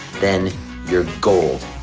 then you're gold.